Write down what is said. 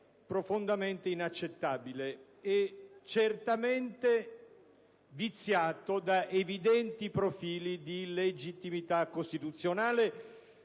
profondamente inaccettabile e certamente viziato da evidenti profili di illegittimità costituzionale.